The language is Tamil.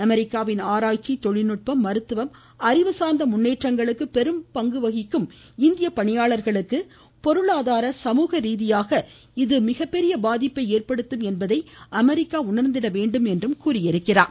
அமெரிக்காவின் ஆராய்ச்சி தொழில்நுட்பம் மருத்துவம் மற்றும் அறிவுசாா்ந்த முன்னேற்றத்திற்கு பெரும் பங்கு வகித்து வரும் இந்திய பணியாளர்களுக்கு பொருளாதார சமூக ரீதியாக இது மிகப்பெரிய பாதிப்பை ஏற்படுத்தும் என்பதை அமெரிக்கா உணா்ந்திட வேண்டும் என்றும் கூறியிருக்கிறார்